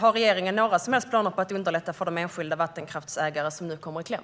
Har regeringen några som helst planer på att underlätta för de enskilda vattenkraftsägare som nu kommer i kläm?